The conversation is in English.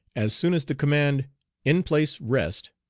as soon as the command in place, rest,